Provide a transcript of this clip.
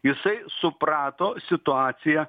jisai suprato situaciją